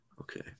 Okay